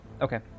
okay